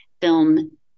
film